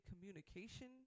communication